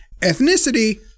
Ethnicity